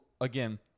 again